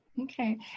Okay